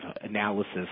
analysis